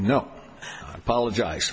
no apologize